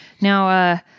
now